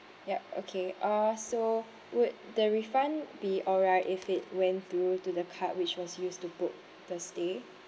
yup okay uh so would the refund be alright if it went through to the card which was used to book the stay